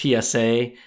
PSA